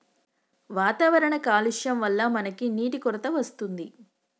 వాతావరణ కాలుష్యం వళ్ల మనకి నీటి కొరత వస్తుంది